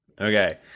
Okay